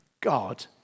God